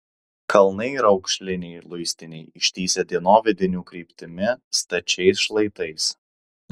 kalnai raukšliniai luistiniai ištįsę dienovidinių kryptimi stačiais šlaitais